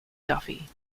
duffy